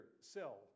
cell